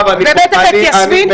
ובטח את יסמין,